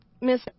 Miss